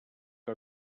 que